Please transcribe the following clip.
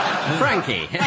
Frankie